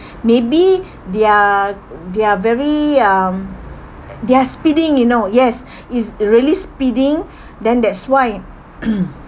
maybe they're they're very um they're speeding you know yes it's really speeding then that's why